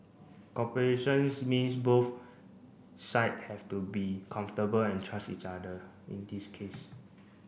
cooperation's means both side have to be comfortable and trust each other in this case